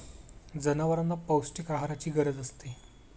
जनावरांना पौष्टिक आहाराची गरज असते